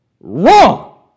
Wrong